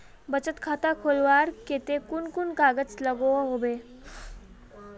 बचत खाता खोलवार केते कुन कुन कागज लागोहो होबे?